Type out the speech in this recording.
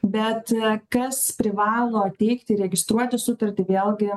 bet kas privalo teikti registruoti sutartį vėlgi